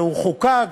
והוא חוקק,